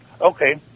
Okay